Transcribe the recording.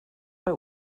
bei